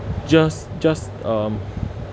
just just um